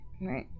right